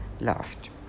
laughed